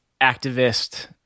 activist